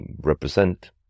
represent